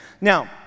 Now